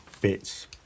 bits